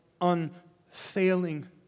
unfailing